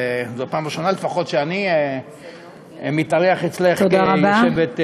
זאת פעם ראשונה שאני לפחות מתארח אצלך כיושבת-ראש,